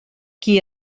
qui